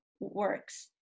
works